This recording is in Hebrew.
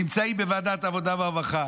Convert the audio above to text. נמצאים בוועדת העבודה והרווחה,